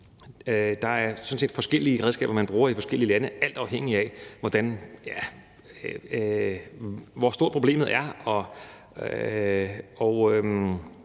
set forskellige redskaber, man bruger i forskellige lande, alt afhængigt af hvor stort problemet er,